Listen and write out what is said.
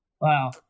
Wow